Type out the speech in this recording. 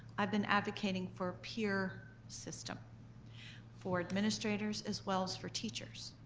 i've been advocating for peer system for administrators as well as for teachers.